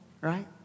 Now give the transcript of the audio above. right